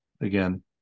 Again